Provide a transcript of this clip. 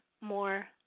more